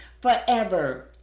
forever